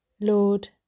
Lord